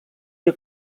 que